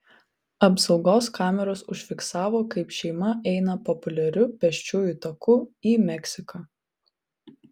apsaugos kameros užfiksavo kaip šeima eina populiariu pėsčiųjų taku į meksiką